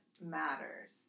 matters